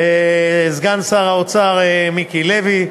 סגן שר האוצר מיקי לוי,